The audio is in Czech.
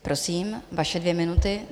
Prosím, vaše dvě minuty.